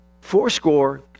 fourscore